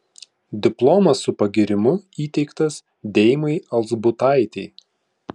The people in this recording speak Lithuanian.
diplomas su pagyrimu įteiktas deimai alzbutaitei